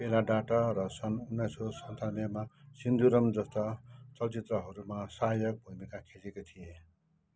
पेरा डाटा र सन् उन्नाइस सय सन्तानब्बेमा सिन्दुरम जस्ता चलचित्रहरूमा सहायक भुमिका खेलेको थिए